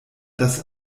das